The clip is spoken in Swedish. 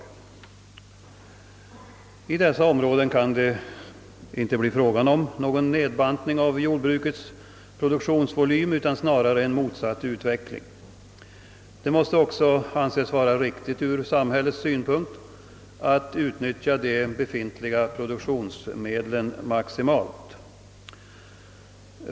I dessa områden kan det inte bli fråga om någon nedbantning av jordbrukets produktionsvolym utan snarare en motsatt utveckling. Det måste också ur samhällets synpunkt vara riktigt att utnyttja de befintliga produktionsmedlen maximalt.